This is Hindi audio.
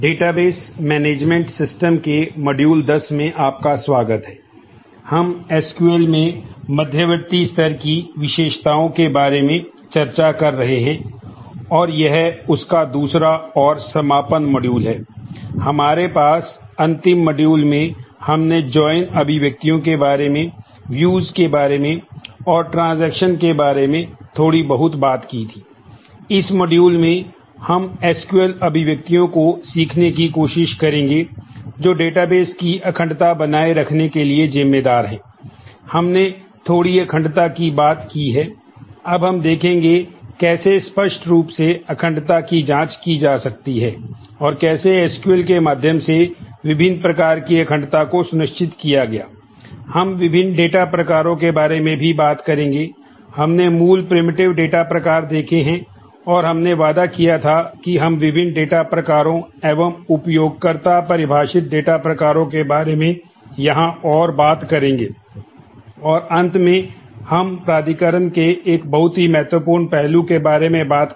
डेटाबेस मैनेजमेंट सिस्टम के बारे में थोड़ी बहुत बात की